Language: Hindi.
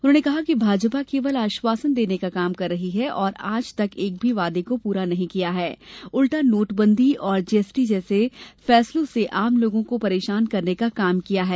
उन्होंने कहा कि भाजपा केवल आश्वासन देने का काम कर रही है और आज तक एक भी वादे को पूरा नहीं किया है उल्टा नोटबंदी और जीएसटी जैसे फैसलों से आम लोगों को परेशान करने का काम किया है